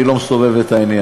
אני לא מסובב את העניין.